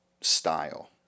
style